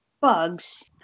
bugs